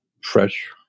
fresh